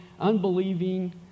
unbelieving